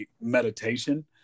meditation